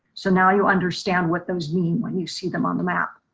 so now you understand what those mean when you see them on the map.